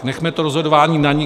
Nechme to rozhodování na nich.